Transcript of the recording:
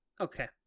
Okay